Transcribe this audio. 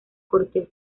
corteza